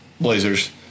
Blazers